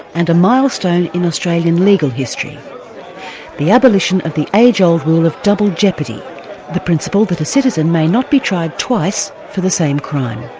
and milestone in australian legal history the abolition of the age-old rule of double jeopardy the principle that a citizen may not be tried twice for the same crime.